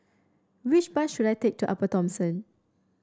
which bus should I take to Upper Thomson